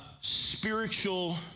spiritual